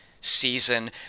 season